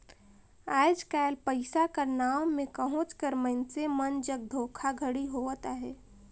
आएज काएल पइसा कर नांव में कहोंच कर मइनसे मन जग धोखाघड़ी होवत अहे